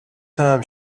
time